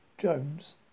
Jones